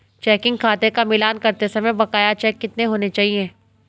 Checking खाते का मिलान करते समय बकाया चेक कितने होने चाहिए?